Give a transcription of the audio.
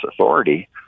authority